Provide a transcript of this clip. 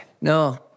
No